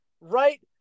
Right